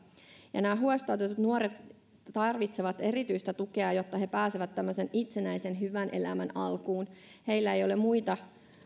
nämä huostaanotetut nuoret tarvitsevat erityistä tukea jotta he pääsevät tämmöisen itsenäisen hyvän elämän alkuun heillä ei ole muita